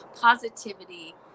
positivity